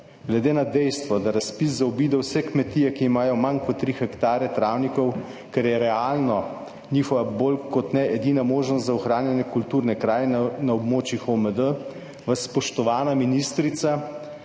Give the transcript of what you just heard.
Glede na dejstvo, da razpis zaobide vse kmetije, ki imajo manj kot 3 hektarje travnikov, kar je realno njihova bolj kot ne edina možnost za ohranjanje kulturne krajine na območjih OMD, vas, spoštovana ministrica,